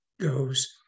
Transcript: goes